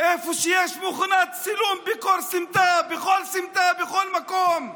איפה שיש מכונת צילום בכל סמטה, בכל מקום.